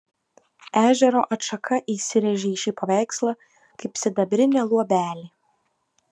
ežero atšaka įsirėžė į šį paveikslą kaip sidabrinė luobelė